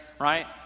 right